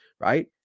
right